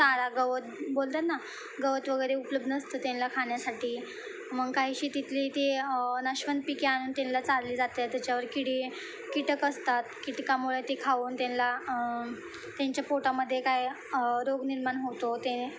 चारा गवत बोलतात ना गवत वगैरे उपलब्ध नसतं त्यांना खाण्यासाठी मग काहीशी तिथली ते नाश्वन पिके आणून त्यांना चालली जाते त्याच्यावर कीड कीटक असतात कीटकामुळे ते खाऊन त्यांना त्यांच्या पोटामध्ये काय रोग निर्माण होतो ते